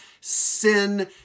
sin